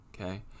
okay